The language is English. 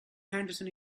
henderson